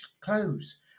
clothes